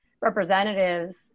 representatives